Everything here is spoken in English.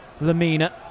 Lamina